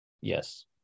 Yes